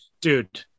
dude